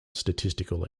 statistical